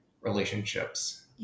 relationships